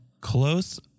Close